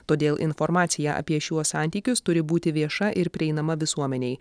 todėl informacija apie šiuos santykius turi būti vieša ir prieinama visuomenei